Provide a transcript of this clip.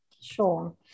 Sure